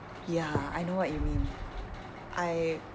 ya I know what you mean I